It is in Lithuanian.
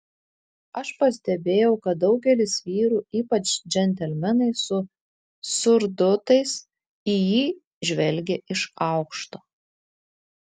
aš pastebėjau kad daugelis vyrų ypač džentelmenai su surdutais į jį žvelgė iš aukšto